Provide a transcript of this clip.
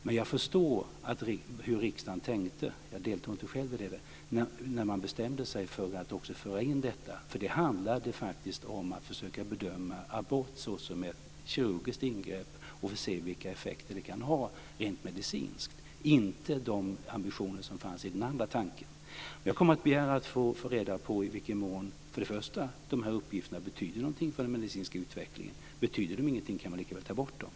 Men jag förstår hur riksdagen tänkte - jag deltog inte själv - när man bestämde sig för att också föra in detta. Det handlade faktiskt om att försöka bedöma abort såsom ett kirurgiskt ingrepp och om att se vilka effekter det kunde ha rent medicinskt - inte de ambitioner som fanns i den andra tanken. Jag kommer att begära att få reda på i vilken mån de här uppgifterna betyder någonting för den medicinska utvecklingen. Betyder de ingenting kan man lika väl ta bort dem.